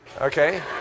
Okay